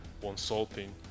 consulting